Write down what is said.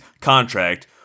contract